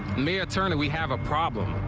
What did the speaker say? mayor turner we have a problem.